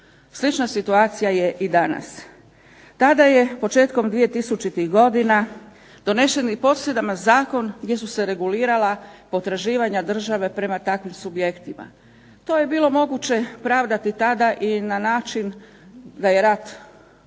Slična situacija je i danas. Tada je početkom 2000. godina donesen i poseban zakon gdje su se regulirala potraživanja države prema takvim subjektima. To je bilo moguće pravdati tada i na način da je rat